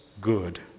good